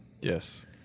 Yes